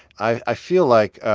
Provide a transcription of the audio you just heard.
i feel like